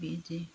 बिदि